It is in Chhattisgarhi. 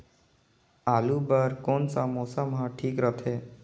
आलू बार कौन सा मौसम ह ठीक रथे?